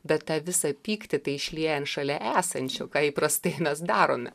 bet tą visą pyktį išlieja ant šalia esančių ką įprastai mes darome